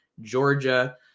Georgia